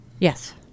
Yes